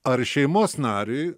ar šeimos nariui